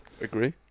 Agree